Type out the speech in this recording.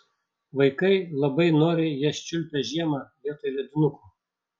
vaikai labai noriai jas čiulpia žiemą vietoj ledinukų